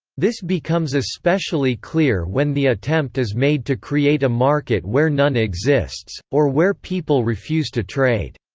this becomes especially clear when the attempt is made to create a market where none exists, or where people refuse to trade.